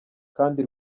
kandi